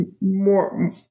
more